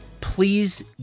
please